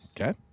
okay